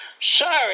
Sorry